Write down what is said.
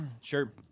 Sure